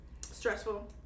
Stressful